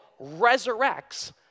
resurrects